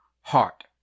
heart